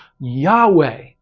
Yahweh